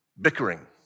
bickering